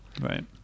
Right